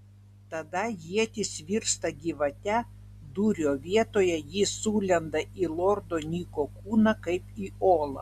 tada ietis virsta gyvate dūrio vietoje ji sulenda į lordo niko kūną kaip į olą